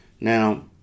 Now